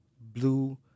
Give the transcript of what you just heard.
blue